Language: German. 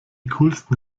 coolsten